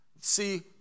See